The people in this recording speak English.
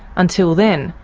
until then,